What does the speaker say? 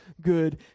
good